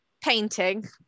Painting